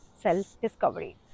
self-discovery